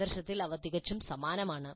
ആദർശത്തിൽ അവ തികച്ചും സമാനമാണ്